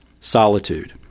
solitude